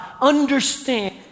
understand